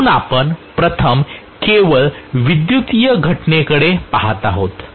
म्हणून आपण प्रथम केवळ विद्युतीय घटनेकडे पहात आहोत